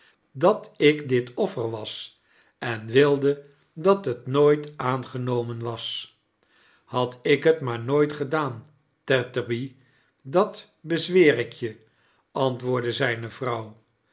dat ik dit offer was en wilde dat het nooit aangenomen was had ik het maar nooit gedaan tetterby dat bezweer ik je antwoordde zijne vrouw